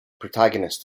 protagonist